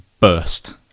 burst